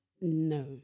no